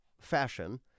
fashion